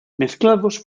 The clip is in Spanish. mezclados